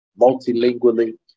multilingually